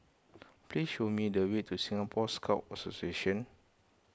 please show me the way to Singapore Scout Association